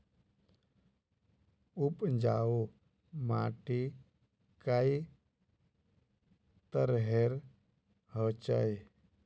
उपजाऊ माटी कई तरहेर होचए?